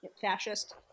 fascist